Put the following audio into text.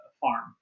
farm